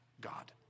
God